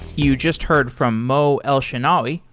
you just heard from mo elshenawy,